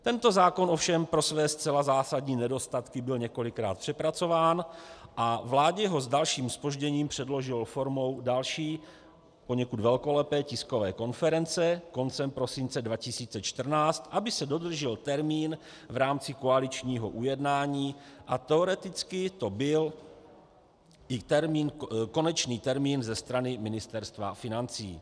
Tento zákon ovšem pro své zcela zásadní nedostatky byl několikrát přepracován a vládě ho s dalším zpožděním předložil formou další, poněkud velkolepé tiskové konference koncem prosince 2014, aby se dodržel termín v rámci koaličního ujednání, a teoreticky to byl i konečný termín za strany Ministerstva financí.